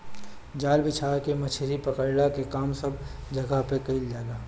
जाल बिछा के मछरी पकड़ला के काम सब जगह पे कईल जाला